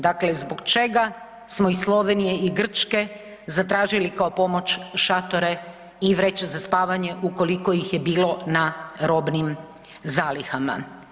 Dakle, zbog čega smo iz Slovenije i Grčke zatražili kao pomoć šatore i vreće za spavanje ukoliko ih je bilo na robnim zalihama?